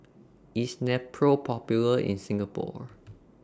IS Nepro Popular in Singapore